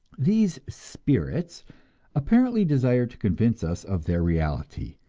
these spirits apparently desire to convince us of their reality,